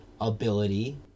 ability